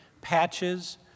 patches